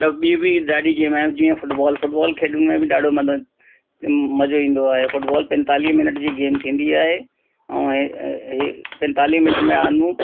त ॿी बि ॾाढी गेम आहिनि जीअं फुटबॉल फुटबॉल खेॾण में ॾाढो मज़ो मज़ो ईंदो आहे फुटबॉल पंजेतालीह मिंट जी गेम थींदी आहे ऐं हे पंजेतालीह मिंट में आनू